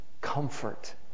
comfort